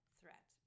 threat